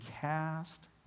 cast